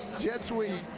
jet sweep.